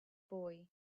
boy